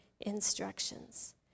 instructions